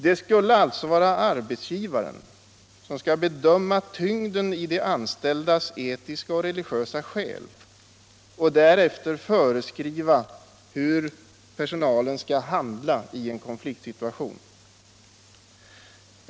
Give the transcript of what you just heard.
Det skulle alltså vara arbetsgivaren som skall bedöma tyngden i de anställdas etiska och religiösa skäl och därefter föreskriva hur personalen skall handla i en konfliktsituation?